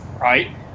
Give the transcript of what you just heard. right